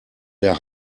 der